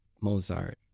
Mozart